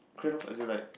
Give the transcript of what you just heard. K lor as in like